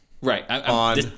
Right